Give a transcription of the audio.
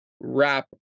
wrap